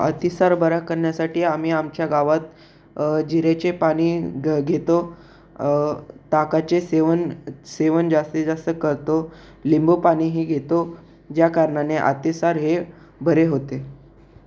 अतिसार बरा करण्यासाठी आम्ही आमच्या गावात जिरेचे पाणी घ घेतो ताकाचे सेवन सेवन जास्तीत जास्त करतो लिंबू पाणीही घेतो ज्या कारणाने अतिसार हे बरे होते